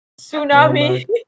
Tsunami